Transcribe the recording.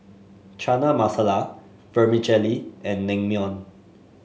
Chana Masala Vermicelli and Naengmyeon